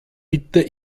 bitte